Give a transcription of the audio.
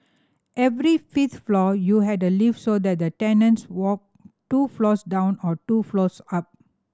every fifth floor you had a lift so that the tenants walked two floors down or two floors up